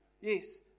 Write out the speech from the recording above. Yes